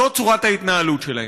זאת צורת ההתנהלות שלהם.